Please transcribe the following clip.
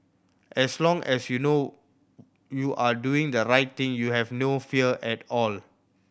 as long as you know you are doing the right thing you have no fear at all